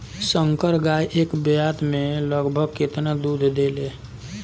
संकर गाय एक ब्यात में लगभग केतना दूध देले?